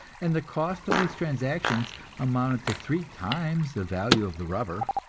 and the cost of these transactions amounted to three times the value of the rubber.